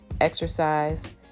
exercise